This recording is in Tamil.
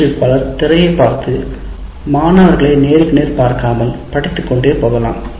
பயிற்றுவிப்பாளர் திரையைப் பார்த்து மாணவர்களை நேருக்கு நேர் பார்க்காமல் படித்துக் கொண்டே போகலாம்